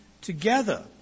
together